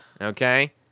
Okay